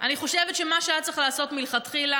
אני חושבת שמה שהיה צריך לעשות מלכתחילה